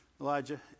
Elijah